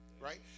right